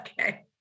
Okay